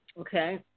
Okay